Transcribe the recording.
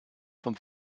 vom